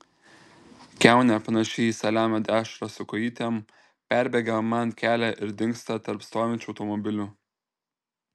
kiaunė panaši į saliamio dešrą su kojytėm perbėga man kelią ir dingsta tarp stovinčių automobilių